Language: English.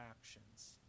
actions